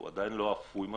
שהוא עדין לא אפוי מספיק,